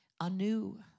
anew